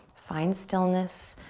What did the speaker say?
find stillness.